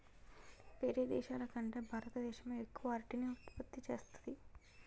వేరే దేశాల కంటే భారత దేశమే ఎక్కువ అరటిని ఉత్పత్తి చేస్తంది